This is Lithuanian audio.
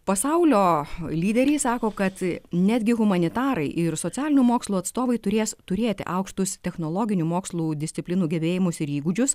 pasaulio lyderiai sako kad netgi humanitarai ir socialinių mokslų atstovai turės turėti aukštus technologinių mokslų disciplinų gebėjimus ir įgūdžius